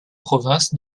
province